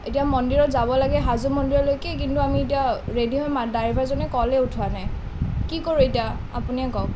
এতিয়া মন্দিৰত যাব লাগে হাজো মন্দিৰলৈকে কিন্তু আমি এতিয়া ৰেডি হৈ ড্ৰাইভাৰজনে কলেই উঠোৱা নাই কি কৰোঁ এতিয়া আপুনিয়েই কওক